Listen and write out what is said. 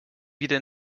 wieder